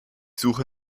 suche